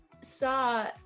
saw